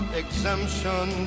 exemption